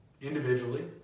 individually